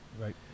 Right